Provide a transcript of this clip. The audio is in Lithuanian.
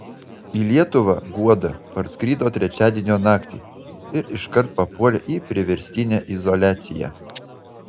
į lietuvą guoda parskrido trečiadienio naktį ir iškart papuolė į priverstinę izoliaciją